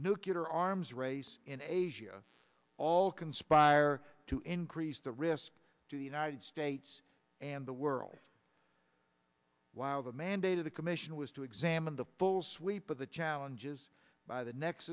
nucular arms race in asia all conspire to increase the risk to the united states and the world while the mandate of the commission was to examine the full sweep of the challenges by the